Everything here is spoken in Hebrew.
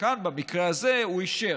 כאן, במקרה הזה, הוא אישר.